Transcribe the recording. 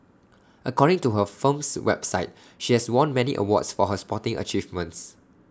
according to her firm's website she has won many awards for her sporting achievements